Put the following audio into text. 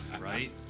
Right